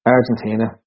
Argentina